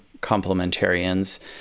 complementarians